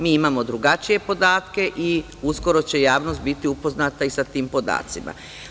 Mi imamo drugačije podatke i uskoro će javnost biti upoznata sa tim podacima.